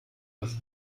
das